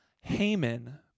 Haman